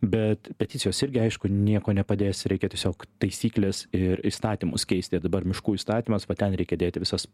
bet peticijos irgi aišku nieko nepadės reikia tiesiog taisykles ir įstatymus keisti dabar miškų įstatymas va ten reikia dėti visas